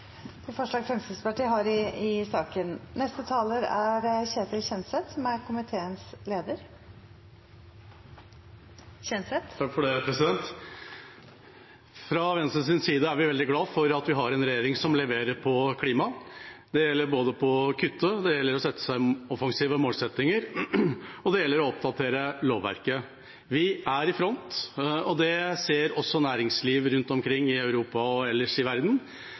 Fra Venstres side er vi veldig glad for at vi har en regjering som leverer på klima. Det gjelder både å kutte, å sette seg offensive målsettinger og å oppdatere lovverket. Vi er i front. Det ser også næringslivet rundt omkring i Europa, og ellers i verden.